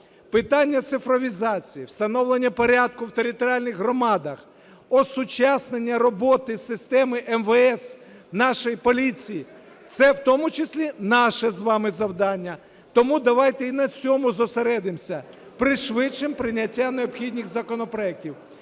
Питання цифровізації, встановлення порядку в територіальних громадах, осучаснення роботи системи МВС, нашої поліції. Це в тому числі наше з вами завдання, тому давайте і на цьому зосередимося, пришвидшимо прийняття необхідних законопроектів.